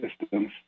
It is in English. systems